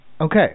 Okay